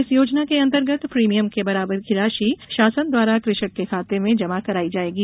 इस योजना के अंतर्गत प्रीमियम के बराबर की राशि शासन द्वारा कृषक के खाते में जमा कराई जायेगी